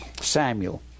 Samuel